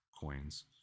coins